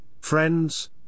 friends